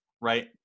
right